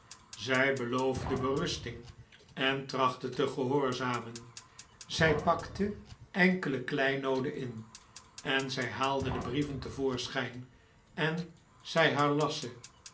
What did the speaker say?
zij beloofde berusting en trachtte te gehoorzamen zij pakte enkele kleinooden in en zij haalde de brieven te voorschijn en zij